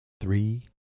three